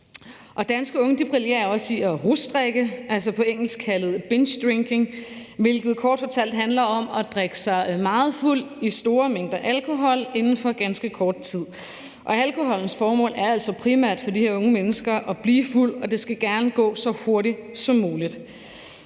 Danske unge brillerer også i at rusdrikke – på engelsk kaldet binge drinking – hvilket kort fortalt handler om at drikke sig meget fuld i store mængder alkohol inden for ganske kort tid, og alkoholens formål er altså primært for de her unge mennesker at blive fuld, og det skal gerne gå så hurtigt som muligt.